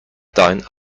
dine